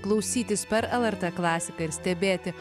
klausytis per lrt klasiką ir stebėti